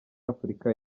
afurika